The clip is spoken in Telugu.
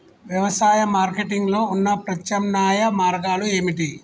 వ్యవసాయ మార్కెటింగ్ లో ఉన్న ప్రత్యామ్నాయ మార్గాలు ఏమిటి?